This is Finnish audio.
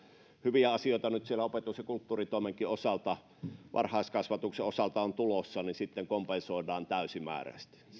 hyviä asioita nyt siellä opetus ja kulttuuritoimenkin osalta varhaiskasvatuksen osalta on tulossa sitten kompensoidaan täysimääräisesti